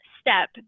step